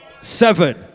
seven